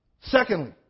Secondly